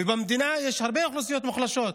ובמדינה יש הרבה אוכלוסיות מוחלשות.